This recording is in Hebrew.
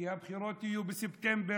כי הבחירות יהיו בספטמבר,